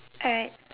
alright